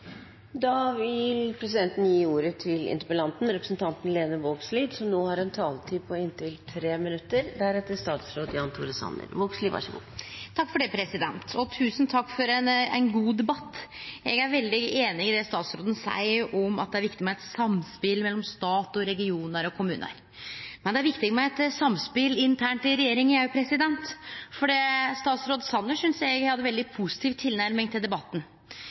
for ein god debatt. Eg er veldig einig i det statsråden seier om at det er viktig med eit samspel mellom stat, regionar og kommunar. Men det er viktig med eit samspel internt i regjeringa òg. Statsråd Sanner synest eg hadde ei veldig positiv tilnærming til debatten,